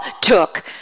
took